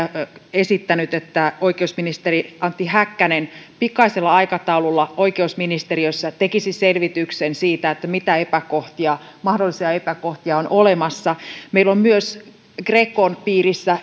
esittänyt että oikeusministeri antti häkkänen pikaisella aikataululla oikeusministeriössä tekisi selvityksen siitä mitä mahdollisia epäkohtia on olemassa meillä on myös grecon piirissä